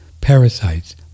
parasites